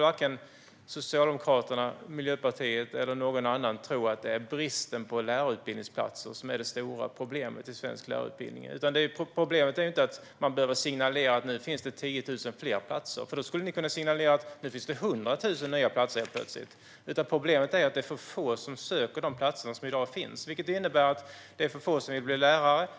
Varken Socialdemokraterna, Miljöpartiet eller någon annan kan väl tro att det är bristen på lärarutbildningsplatser som är det stora problemet för svensk lärarutbildning. Problemet är inte att man behöver signalera: Nu finns det 10 000 fler platser. Då skulle ni kunna signalera att det helt plötsligt finns 100 000 nya platser. Problemet är att det är för få som söker de platser som finns i dag. Det är för få som vill bli lärare.